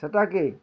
ସେଟାକେ